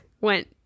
went